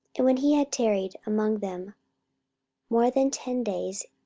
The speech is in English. and when he had tarried among them more than ten days,